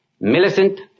Millicent